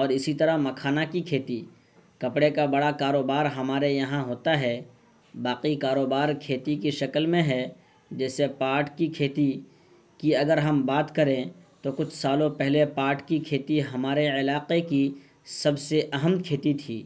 اور اسی طرح مکھانا کی کھیتی کپڑے کا بڑا کاروبار ہمارے یہاں ہوتا ہے باقی کاروبار کھیتی کے شکل میں ہے جیسے پاٹ کی کھیتی کی اگر ہم بات کریں تو کچھ سالوں پہلے پاٹ کی کھیتی ہمارے علاقے کی سب سے اہم کھیتی تھی